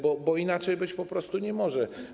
Bo inaczej być po prostu nie może.